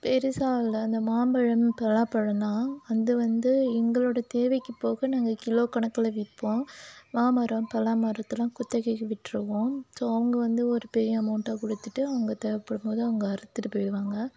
பெருசாக இல்லை இந்த மாம்பழம் பலாப்பழம்தான் அதுவந்து எங்களோட தேவைக்குப் போக நாங்கள் கிலோ கணக்கில் விற்போம் மா மரம் பலா மரத்தெல்லாம் குத்தகைக்கு விட்டிருவோம் ஸோ அவங்க வந்து ஒரு பெரிய அமௌண்ட்டாக கொடுத்துட்டு அவங்க தேவைப்படும்போது அவங்க அறுத்துவிட்டுப் போயிடுவாங்க